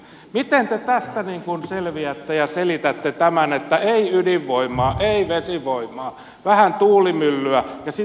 miten te tästä selviätte ja selitätte tämän että ei ydinvoimaa ei vesivoimaa vähän tuulimyllyä ja sitten te olette polttaneet hiiltä